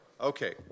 Okay